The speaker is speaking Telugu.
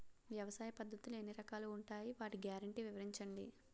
వ్యవసాయ పద్ధతులు ఎన్ని రకాలు ఉంటాయి? వాటి గ్యారంటీ వివరించండి?